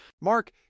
Mark